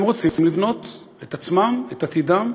הם רוצים לבנות את עצמם, את עתידם.